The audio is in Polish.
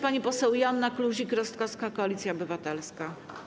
Pani poseł Joanna Kluzik-Rostkowska, Koalicja Obywatelska.